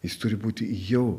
jis turi būti jau